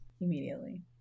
Immediately